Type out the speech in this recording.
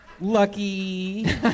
Lucky